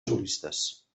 solistes